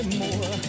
more